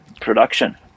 production